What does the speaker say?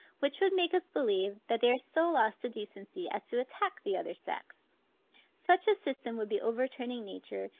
which would make us believe, that they are so lost to decency as to attack the other sex such a system would be overturning nature,